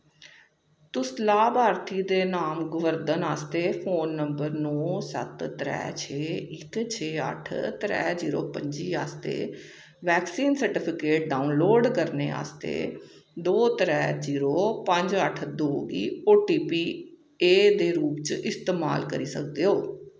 तुस लाभार्थी दे नाम गोवर्धन आस्तै फोन नंबर नौ सत्त त्रै छे इक छे अट्ठ त्रै जीरो पंजी आस्तै वैक्सीन सर्टिफिकेट डाउनलोड करने आस्तै दो त्रै जीरो पंज अट्ठ दो गी ओ टी पी ऐ दे रूप च इस्तमाल करी सकदे ओ